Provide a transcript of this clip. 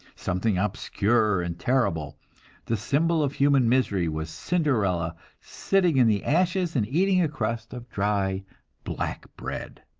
something obscure and terrible the symbol of human misery was cinderella sitting in the ashes and eating a crust of dry black bread.